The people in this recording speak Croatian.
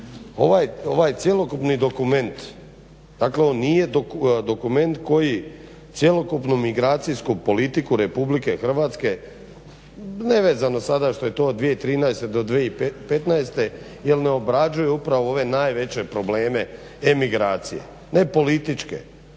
ovaj cjelokupni dokument, dakle on nije dokument koji cjelokupnu migracijsku politiku RH, nevezano sada što je to od 2013. do 2015. jer neobrađuje upravo ove najveće probleme emigracije. Ne političke